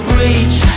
reach